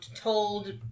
told